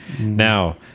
now